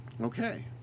Okay